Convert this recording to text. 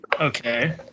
Okay